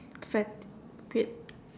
fet~ weird